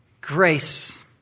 grace